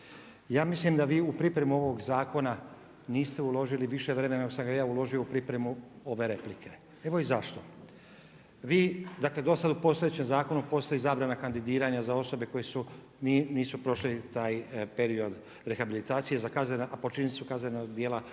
Ja mislim da vi u pripremu ovog zakona niste uložili više vremena nego sam ga ja uložio u pripremu ove replike. Evo i zašto. Vi dakle do sad u postojećem zakonu postoji zabrana kandidiranja za osobe koje su, nisu prošli taj period rehabilitacije za kaznena, a počinili su kaznena djela